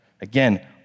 Again